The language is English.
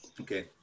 okay